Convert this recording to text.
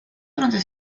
durante